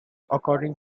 according